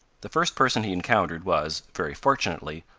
the first person he encountered was, very fortunately,